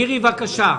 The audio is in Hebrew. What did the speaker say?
מירי סביון, בבקשה.